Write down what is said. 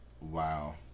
Wow